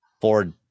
Ford